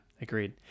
Agreed